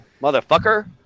motherfucker